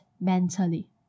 mentally